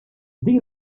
din